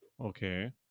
Okay